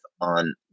on